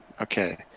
Okay